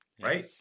right